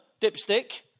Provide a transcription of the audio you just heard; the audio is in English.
dipstick